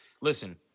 Listen